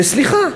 וסליחה,